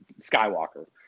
Skywalker